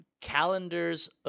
calendar's